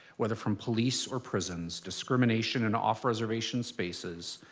whether from police or prisons, discrimination in off reservation spaces,